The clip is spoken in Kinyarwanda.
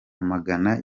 amagana